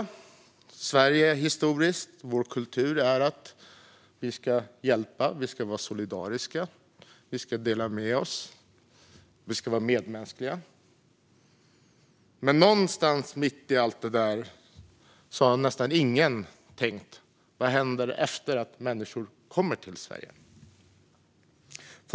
I Sverige historiskt har vår kultur varit att vi ska hjälpa, vara solidariska, dela med oss och vara medmänskliga. Men någonstans mitt i allt detta har nästan ingen tänkt: Vad händer efter att människor har kommit till Sverige?